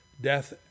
death